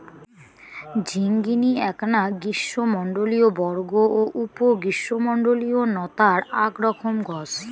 ঝিঙ্গিনী এ্যাকনা গ্রীষ্মমণ্ডলীয় বর্গ ও উপ গ্রীষ্মমণ্ডলীয় নতার আক রকম গছ